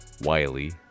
Wiley